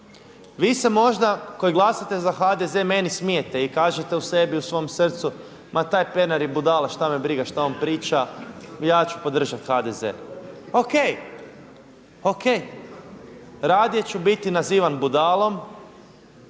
Vi se možda koji glasate za HDZ meni smijete i kažete u sebi u svom srcu ma taj Pernar je budala šta me briga šta on priča ja ću podržat HDZ. O.k. radije ću biti nazivan budalom,